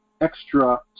extra